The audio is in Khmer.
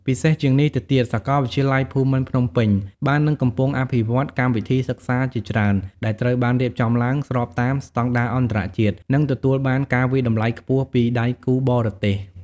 ពិសេសជាងនេះទៅទៀត សាកលវិទ្យាល័យភូមិន្ទភ្នំពេញ បាននិងកំពុងអភិវឌ្ឍកម្មវិធីសិក្សាជាច្រើនដែលត្រូវបានរៀបចំឡើងស្របតាមស្តង់ដារអន្តរជាតិ និងទទួលបានការវាយតម្លៃខ្ពស់ពីដៃគូបរទេស។